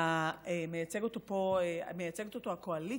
פה הקואליציה,